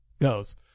goes